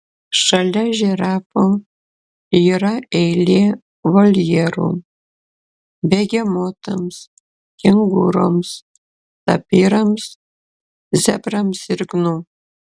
šalia žirafų yra eilė voljerų begemotams kengūroms tapyrams zebrams ir gnu